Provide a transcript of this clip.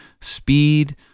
speed